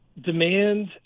Demand